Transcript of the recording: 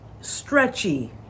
stretchy